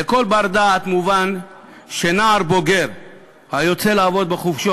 לכל בר-דעת מובן שנער בוגר היוצא לעבוד בחופשות